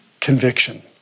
conviction